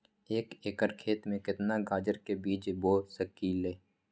एक एकर खेत में केतना गाजर के बीज बो सकीं ले?